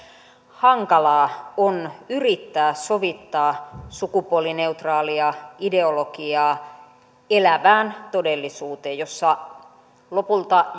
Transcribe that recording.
hankalaa on yrittää sovittaa sukupuolineutraalia ideologiaa elävään todellisuuteen jossa lopulta